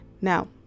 Now